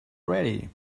ready